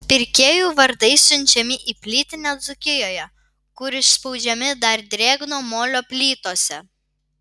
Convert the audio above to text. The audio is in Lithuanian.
pirkėjų vardai siunčiami į plytinę dzūkijoje kur įspaudžiami dar drėgno molio plytose